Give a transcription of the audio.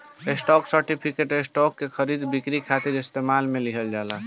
stock certificate, stock के खरीद बिक्री खातिर इस्तेमाल में लिहल जाला